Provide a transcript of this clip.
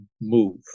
move